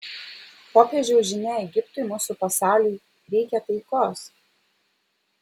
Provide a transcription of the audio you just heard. popiežiaus žinia egiptui mūsų pasauliui reikia taikos